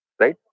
right